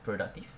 productive